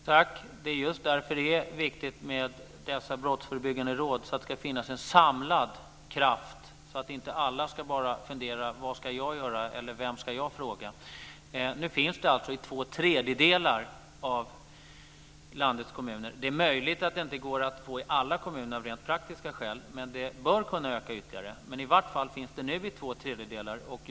Herr talman! Det är just därför det är viktigt med dessa brottsförebyggande råd så att det finns en samlad kraft och så att inte alla ska fundera över vad man ska göra eller vem man ska fråga. Nu finns det råd i två tredjedelar av landets kommuner. Det är möjligt att det inte går att få i alla kommuner av rent praktiska skäl. Men det bör kunna öka ytterligare. I varje fall finns det nu i två tredjedelar av kommunerna.